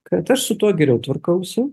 kad aš su tuo geriau tvarkausi